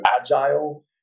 agile